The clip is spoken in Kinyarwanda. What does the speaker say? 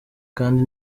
kandi